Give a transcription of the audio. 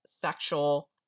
sexual